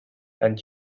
and